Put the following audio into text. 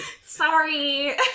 Sorry